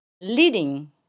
leading